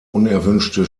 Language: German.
unerwünschte